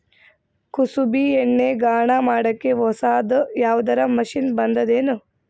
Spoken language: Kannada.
ಕುಸುಬಿ ಎಣ್ಣೆ ಗಾಣಾ ಮಾಡಕ್ಕೆ ಹೊಸಾದ ಯಾವುದರ ಮಷಿನ್ ಬಂದದೆನು?